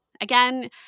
again